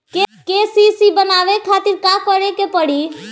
KCC बनवावे खातिर का करे के पड़ी?